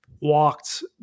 walked